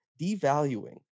Devaluing